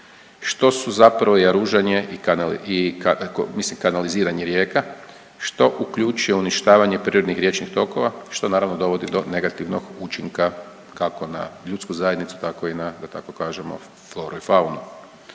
što su zapravo jaružanje i mislim kanaliziranje rijeka što uključuje uništavanje prirodnih riječnih tokova što naravno dovodi do negativnog učinka kako na ljudsku zajednicu, tako i na ta tako kažemo floru i faunu.